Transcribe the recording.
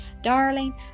Darling